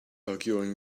arguing